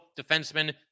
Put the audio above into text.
defenseman